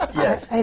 yes,